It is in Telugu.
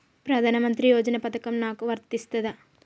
ప్రధానమంత్రి యోజన పథకం నాకు వర్తిస్తదా?